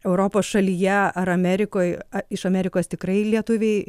europos šalyje ar amerikoje ar iš amerikos tikrai lietuviai